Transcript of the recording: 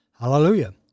Hallelujah